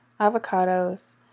avocados